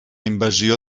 invasió